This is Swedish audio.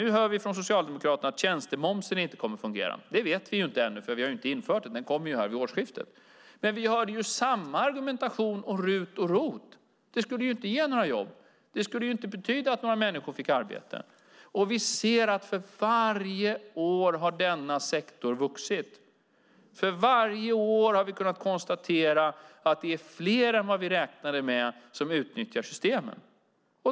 Nu hör vi från Socialdemokraterna att tjänstemomsen inte kommer att fungera. Det vet vi inte än eftersom vi inte har infört den. Den införs vid årsskiftet. Men vi hörde samma argumentation om RUT och ROT-avdragen som inte skulle ge några jobb och som inte skulle betyda att några människor fick arbete. Vi ser att denna sektor har vuxit för varje år. För varje år har vi kunnat konstatera att det är fler än vi räknade med som utnyttjar systemen.